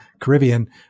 Caribbean